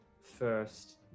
first